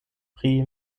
pri